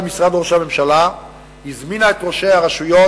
משרד ראש הממשלה הזמינה את ראשי הרשויות,